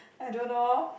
I don't know